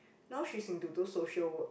now she's into those social work